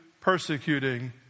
persecuting